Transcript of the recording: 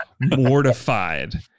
mortified